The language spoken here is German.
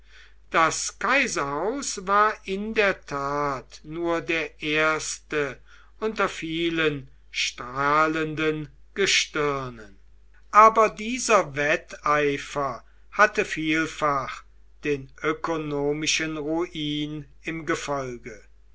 das kaiserhaus war in der tat nur das erste unter vielen strahlenden gestirnen aber dieser wetteifer hatte vielfach den ökonomischen ruin im gefolge